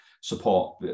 support